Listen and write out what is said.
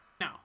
no